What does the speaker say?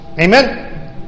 Amen